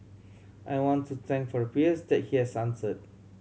I want to thank for the prayers that he has answered